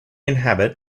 inhabit